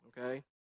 okay